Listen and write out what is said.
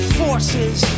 forces